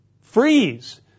freeze